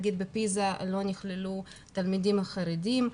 למשל בפיזה לא נכללו תלמידים חרדים,